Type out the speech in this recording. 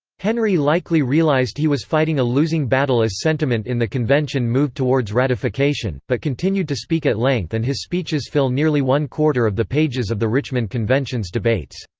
henry likely realized he was fighting a losing battle as sentiment in the convention moved towards ratification, but continued to speak at length and his speeches fill nearly one-quarter of the pages of the richmond convention's debates.